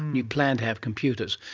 you planned to have computers.